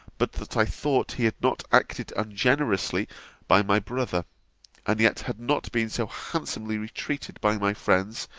but that i thought he had not acted ungenerously by my brother and yet had not been so handsomely treated by my friends,